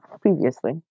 previously